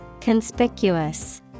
Conspicuous